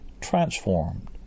transformed